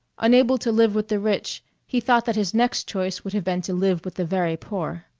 unable to live with the rich he thought that his next choice would have been to live with the very poor.